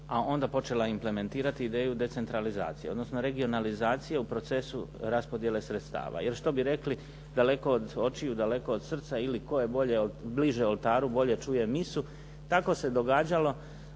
a onda počela implementirati ideju decentralizacije odnosno regionalizacije u procesu raspodjele sredstava, jer što bi rekli daleko od očiju, daleko od srca ili tko je bliže oltaru bolje čuje misu. Tako se događalo